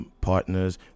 partners